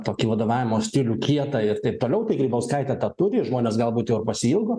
tokį vadovavimo stilių kietą ir taip toliau tai grybauskaitė tą turi žmonės galbūt jau ir pasiilgo